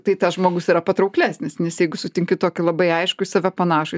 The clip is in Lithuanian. tai tas žmogus yra patrauklesnis nes jeigu sutinki tokį labai aiškų į save panašų